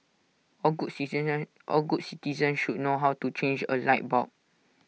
all good citizens all good citizens should learn how to change A light bulb